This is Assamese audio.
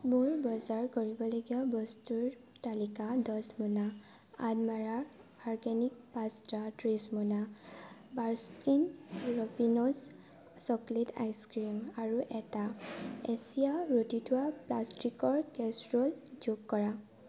মোৰ বজাৰ কৰিবলগীয়া বস্তুৰ তালিকাত দহ মোনা অন্মাৰা অৰ্গেনিক পাষ্টা ত্ৰিছ মোনা Baskin Robbins chocolate ice cream আৰু এটা এছিয়ান ৰুটি থোৱা প্লাষ্টিকৰ কেচৰল যোগ কৰা